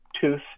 tooth